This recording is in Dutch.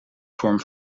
vorm